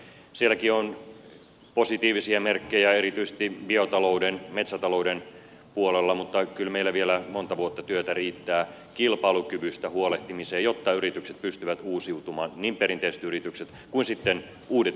sielläkin on positiivisia merkkejä erityisesti biotalouden metsätalouden puolella mutta kyllä meillä vielä monta vuotta työtä riittää kilpailukyvystä huolehtimiseen jotta yritykset pystyvät uusiutumaan niin perinteiset yritykset kuin sitten uudet yritykset kasvamaan